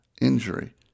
injury